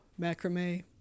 macrame